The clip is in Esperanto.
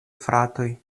fratoj